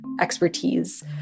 expertise